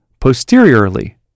posteriorly